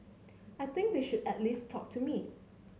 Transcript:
I think they should at least talk to me